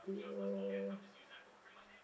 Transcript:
year